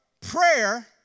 prayer